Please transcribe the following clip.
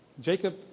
Jacob